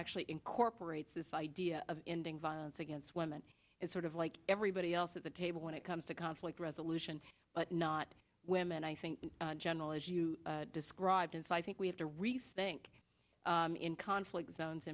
actually incorporates this idea of ending violence against women is sort of like everybody else at the table when it comes to conflict resolution but not women i think general as you described if i think we have to rethink in conflict zones